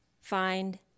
find